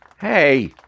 Hey